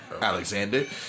Alexander